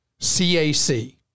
CAC